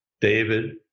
David